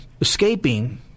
escaping